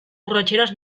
borratxeres